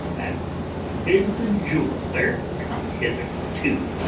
and bid the jeweller come hither too.